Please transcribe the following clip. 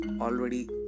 already